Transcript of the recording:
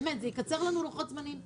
זה יקצר לנו לוחות זמנים פה.